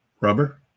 Rubber